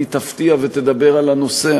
היא תפתיע ותדבר על הנושא.